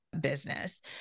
business